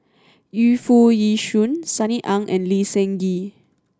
Yu Foo Yee Shoon Sunny Ang and Lee Seng Gee